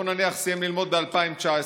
בוא נניח סיים ללמוד ב-2019,